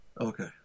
Okay